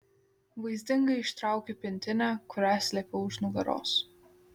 vaizdingai ištraukiu pintinę kurią slėpiau už nugaros